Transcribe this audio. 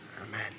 Amen